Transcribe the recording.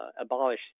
abolished